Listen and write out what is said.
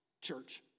church